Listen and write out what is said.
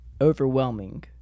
overwhelming